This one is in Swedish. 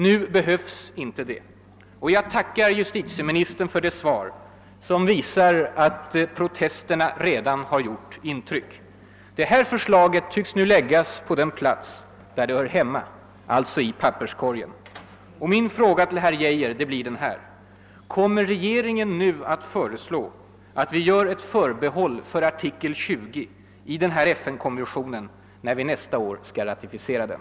Nu behövs inte det, och jag tackar justitieministern för det svar som visar att protesterna redan har gjort intryck. Förslaget tycks nu läggas på den plats där det hör hemma — i papperskorgen. Och min fråga till herr Geijer blir denna: Kommer regeringen nu att föreslå att vi gör ett förbehåll för artikel 20 i FN-konventionen när vi nästa år skall ratificera den?